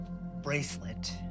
bracelet